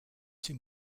two